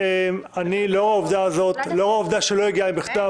לאור העובדה שלא הגיע מכתב,